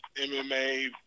MMA